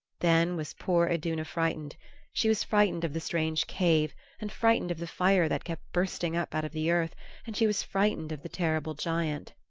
then was poor iduna frightened she was frightened of the strange cave and frightened of the fire that kept bursting up out of the earth and she was frightened of the terrible giant.